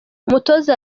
umutoza